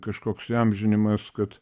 kažkoks įamžinimas kad